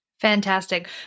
Fantastic